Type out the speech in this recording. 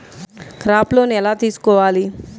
Crop loan ఎలా తీసుకోవాలి?